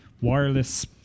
wireless